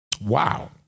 Wow